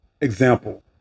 Example